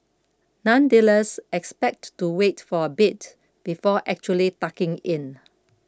nonetheless expect to wait for a bit before actually tucking in